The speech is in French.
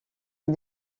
est